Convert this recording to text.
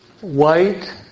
white